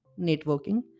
networking